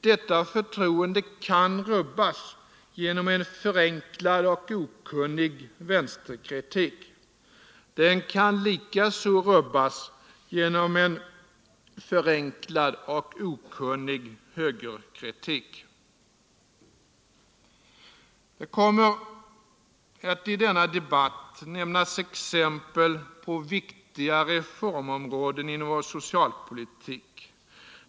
Detta förtroende kan rubbas genom en förenklad och okunnig vänsterkritik. Det kan likaså rubbas genom en förenklad och okunnig högerkritik. Det kommer att i denna debatt nämnas exempel på viktiga reformområden inom vår socialpolitik.